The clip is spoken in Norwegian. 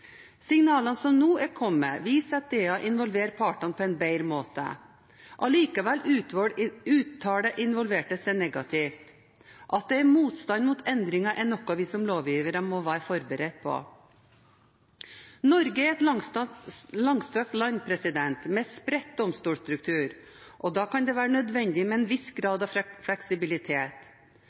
Signalene som nå er kommet, viser at DA involverer partene på en bedre måte. Allikevel uttaler involverte seg negativt. At det er motstand mot endringer, er noe vi som lovgivere må være forberedt på. Norge er et langstrakt land med spredt domstolsstruktur, og da kan det være nødvendig med en viss grad av fleksibilitet.